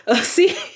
See